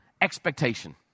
expectation